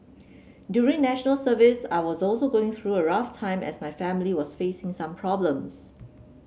during National Service I was also going through a rough time as my family was facing some problems